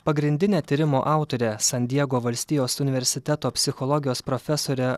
pagrindinė tyrimo autorė san diego valstijos universiteto psichologijos profesorė